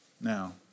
Now